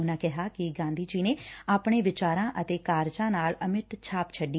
ਉਨੂਾਂ ਕਿਹਾ ਕਿ ਗਾਂਧੀ ਜੀ ਨੇ ਆਪਣੇ ਵਿਚਾਰਾਂ ਅਤੇ ਕਾਰਜਾਂ ਨਾਲ ਅਮਿੱਟ ਛਾਪ ਛੱਡੀ